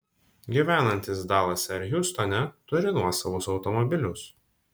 gyvenantys dalase ar hjustone turi nuosavus automobilius